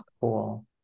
Cool